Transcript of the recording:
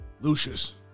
Lucius